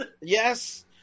Yes